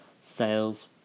sales